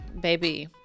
baby